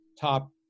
top